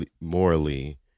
morally